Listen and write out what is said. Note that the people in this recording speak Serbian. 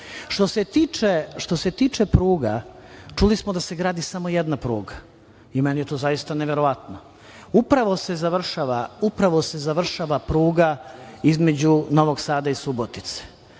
se tiče pruga, čuli smo da se gradi samo jedna pruga i meni je to zaista neverovatno. Upravo se završava pruga između Novog Sada i Subotice